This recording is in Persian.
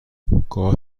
گاهی